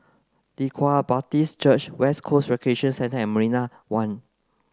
Leng Kwang Baptist Church West Coast Recreation Centre and Marina One